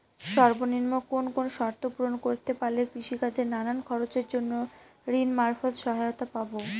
সর্বনিম্ন কোন কোন শর্ত পূরণ করতে পারলে কৃষিকাজের নানান খরচের জন্য ঋণ মারফত সহায়তা পাব?